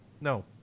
No